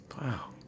Wow